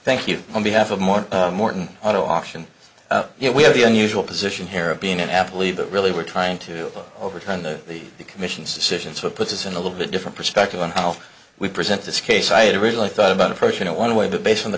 thank you on behalf of more morton on the auction you know we have the unusual position here of being an athlete but really we're trying to overturn the commission's decision so it puts us in a little bit different perspective on how we present this case i had really thought about approaching it one way but based on the